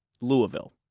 Louisville